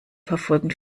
verfolgen